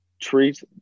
treats